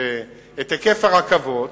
את היקף הרכבות,